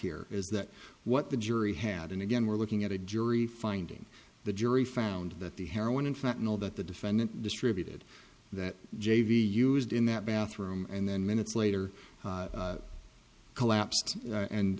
here is that what the jury had and again we're looking at a jury finding the jury found that the heroin in fact that the defendant distributed that j v used in that bathroom and then minutes later collapsed and